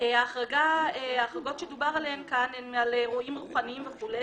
ההחרגות שדובר עליהן כאן הן על רועים רוחניים וכו'.